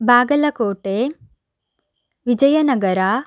Bagalkot Vijayanagara